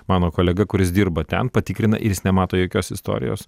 mano kolega kuris dirba ten patikrina ir jis nemato jokios istorijos